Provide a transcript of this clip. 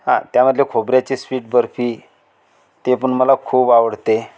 हा त्यामधले खोबऱ्याची स्वीट बर्फी ते पण मला खूप आवडते